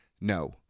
No